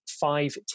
five